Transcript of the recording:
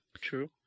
True